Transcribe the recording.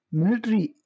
military